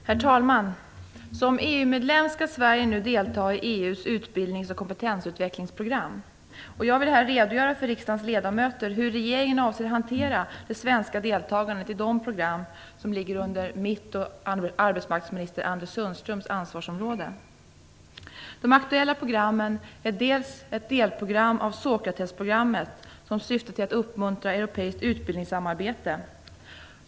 Herr talman! Som EU-medlem skall Sverige nu delta i EU:s utbildnings och kompetensutvecklingsprogram. Jag vill här redogöra för riksdagens ledamöter hur regeringen avser att hantera det svenska deltagandet i de program som ligger under mitt och arbetsmarknadsminister Anders Sundströms ansvarsområden. Ett av de aktuella programmen är ett delprogram av Sokratesprogrammet, som syftar till att uppmuntra europeiskt utbildningssamarbete.